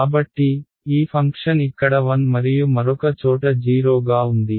కాబట్టి ఈ ఫంక్షన్ ఇక్కడ 1 మరియు మరొక చోట 0 గా ఉంది